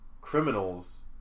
criminals